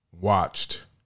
watched